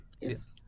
Yes